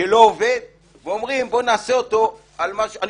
לא, גם פה אני